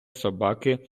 собаки